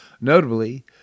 Notably